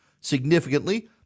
Significantly